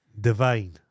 divine